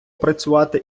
працювати